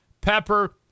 pepper